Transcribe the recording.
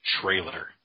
trailer